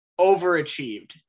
overachieved